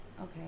Okay